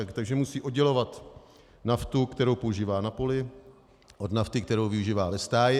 Takže musí oddělovat naftu, kterou používá na poli, od nafty, kterou využívá ve stáji.